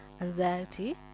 anxiety